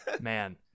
Man